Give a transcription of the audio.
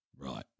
Right